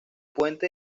puente